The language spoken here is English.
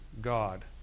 God